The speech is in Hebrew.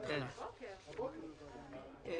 משק המדינה (תיקון מס' 10 והוראת שעה לשנת 2020) (תיקון),